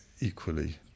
equally